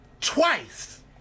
twice